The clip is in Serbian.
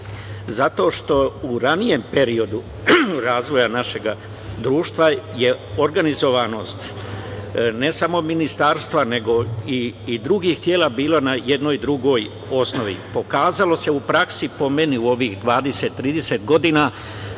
Zato što u ranijem periodu razvoja našeg društva je organizovanost, ne samo ministarstva, nego i drugih tela, bila na jednoj drugoj osnovi. Pokazalo se u praksi, po meni, u ovih 20, 30 godina,